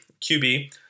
QB